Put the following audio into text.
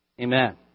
Amen